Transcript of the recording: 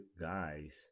guys